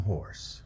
Horse